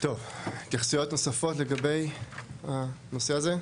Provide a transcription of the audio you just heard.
טוב, התייחסויות נוספות לגבי הנושא הזה?